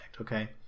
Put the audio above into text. okay